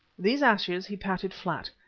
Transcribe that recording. these ashes he patted flat.